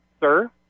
sir